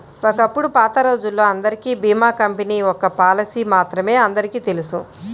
ఒకప్పుడు పాతరోజుల్లో అందరికీ భీమా కంపెనీ ఒక్క ఎల్ఐసీ మాత్రమే అందరికీ తెలుసు